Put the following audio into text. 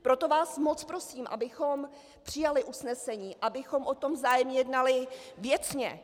Proto vás moc prosím, abychom přijali usnesení, abychom o tom vzájemně jednali věcně.